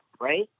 Right